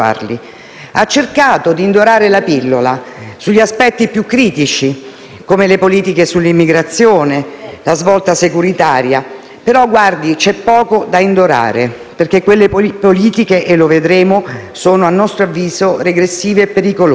Ha cercato di indorare la pillola sugli aspetti più critici, come le politiche sull'immigrazione e la svolta securitaria, però, guardi che c'è poco da indorare, perché quelle politiche - e lo vedremo - sono, a nostro avviso, regressive e pericolose.